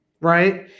right